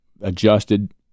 adjusted